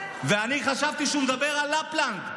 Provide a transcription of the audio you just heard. ואני חשבתי שהוא מדבר על לפלנד,